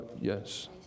yes